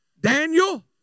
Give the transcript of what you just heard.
Daniel